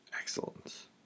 excellence